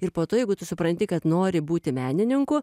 ir po to jeigu tu supranti kad nori būti menininku